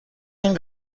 این